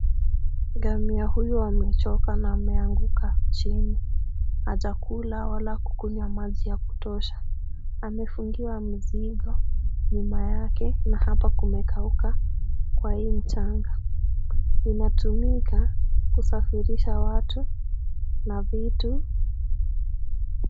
Ngamia huyu amechoka na ameanguka chini. Hajakula wala kukunywa maji ya kutosha, amefungiwa mzigo nyuma yake na hapa kumekauka kwa hii mchanga. Inatumika kusafirisha watu na vitu.